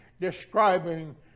describing